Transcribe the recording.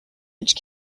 which